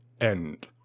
end